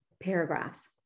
Paragraphs